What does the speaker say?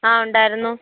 ആ ഉണ്ടായിരുന്നു